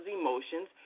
emotions